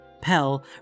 Pell